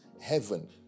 heaven